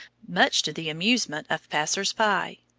much to the amusement of passers-by.